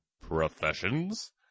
professions